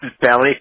belly